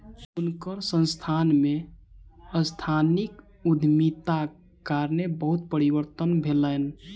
हुनकर संस्थान में सांस्थानिक उद्यमिताक कारणेँ बहुत परिवर्तन भेलैन